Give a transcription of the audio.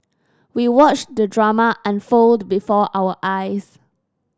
we watched the drama unfold before our eyes